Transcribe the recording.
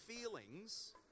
feelings